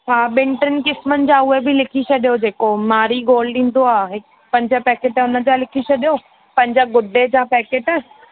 हा ॿिनि टिनि क़िस्मनि जा उहे बि लिखी छॾियो जेको मारी गोल्ड ईंदो आहे पंज पैकेट उनजा लिखी छॾियो पंज गुड डे जा पैकेट